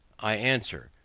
i answer,